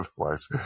otherwise